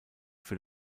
für